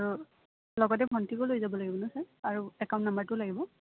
আৰু লগতে ভণ্টীকো লৈ যাব লাগিবনে ছাৰ আৰু একাউণ্ট নাম্বাৰটোও লাগিব